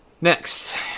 Next